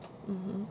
mmhmm